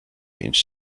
means